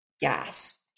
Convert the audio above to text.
gasped